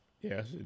Yes